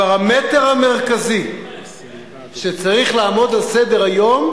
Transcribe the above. הפרמטר המרכזי שצריך לעמוד על סדר-היום,